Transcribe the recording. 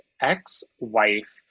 ex-wife